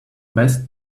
best